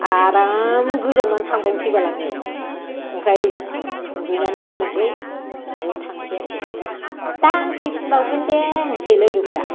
आराम गोजावना थांबावनोसै बाल आङो ओमफ्राय दुगैनानै फैनोसै न'आव थांसै आरोखि दा फैफिनबावगोन दे होनसै लोगोफ्रा